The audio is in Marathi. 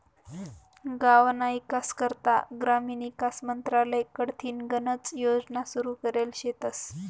गावना ईकास करता ग्रामीण ईकास मंत्रालय कडथीन गनच योजना सुरू करेल शेतस